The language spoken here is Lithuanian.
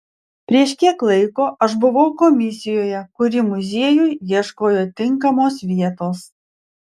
prieš kiek laiko aš buvau komisijoje kuri muziejui ieškojo tinkamos vietos